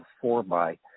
four-by